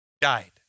Died